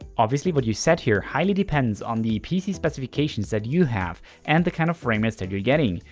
obviously what you set here highly depends on the pc specifications that you have and the kind of framerates that you're getting.